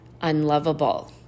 unlovable